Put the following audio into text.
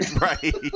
Right